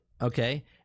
Okay